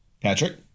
Patrick